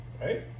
Right